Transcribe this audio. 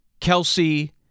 Kelsey